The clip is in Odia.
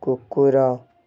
କୁକୁର